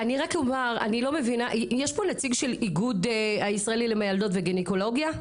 יש פה נציג של האיגוד הישראלי למיילדות וגניקולוגיה?